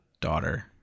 daughter